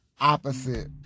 opposite